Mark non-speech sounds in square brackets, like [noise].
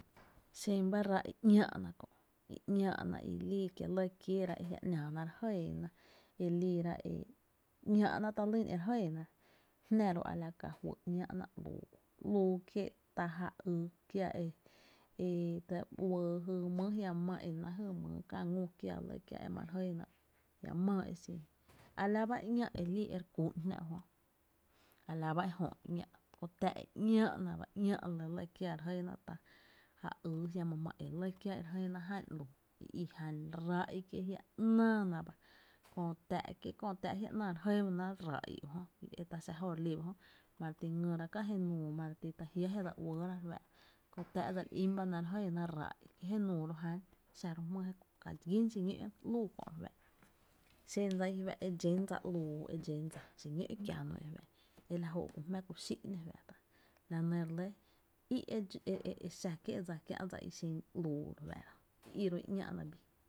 [noise] Xen bá ráá’ i ‘ñáá’na kö’ i’ñáá’ ná i lii kié’ lɇ kiééra e jiá’ [noise] ‘naa ná re jɇɇ ná i liira e ‘ñaa’ná ta lýn e re jɇɇ ná jná ro’ a la ka juý ‘ñáá’na ‘luu ú, ‘luu ta ja ýy kiáá e dse uɇɇ jy mý jiama máá e náá’ jy mýy kä jéeé ngü kiáá ga lɇ kiáá e ma re jɇɇ na ‘luu, jia’ maa exin, [noise] a la ba ká’ e juá’n e ‘ñáá’ e lii e re kú’n jná ujjö a la ba e jö e ‘ñáá’ kö táá’ e ‘ñáá’ na ba, ‘ñáá’ lɇ lɇ kiáá e re jɇɇna ta ja yy jiama máá e lɇ kiáá ga lɇ kiáá e re jɇɇná jan ‘luu i i jan ráá’ i kié’ jiá ‘náána ba [noise] kö tá’ kié’ jia ‘náá re jɇɇ ba ná r´´a’ i u jö ki e ta xa jóó’ re li ba jö ma re ti ngýra kää je nuu ma re ti ta jiá’ je dse uɇɇrá re fáá’ra, kö [noise] táá’ dse li ín ba ná e re jɇɇna ráá’ i, ki jenuu ro’ ján, xa ro’ jmýy e ka gín xiñó’ ‘luu i kö re fáá’ra, xen dsa i fá’ e dxén dsa ‘luu e dxén dsa xiñó’ kiäno e la jóó’ ku jmⱥ’no kú xí’ ‘no fá’ tá’ la nɇ re lɇ í’ e [hesitation] e e xá kié’ dsa kiä’ i xin ‘luu re fáá’ra jö i i ro’ i ‘ñáá’na bii.